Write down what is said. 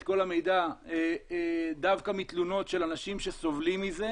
כל המידע דווקא מתלונות של אנשים שסובלים מזה,